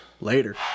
Later